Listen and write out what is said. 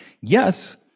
Yes